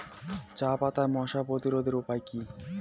চাপাতায় মশা প্রতিরোধের উপায় কি?